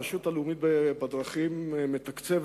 הרשות הלאומית לבטיחות בדרכים מתקצבת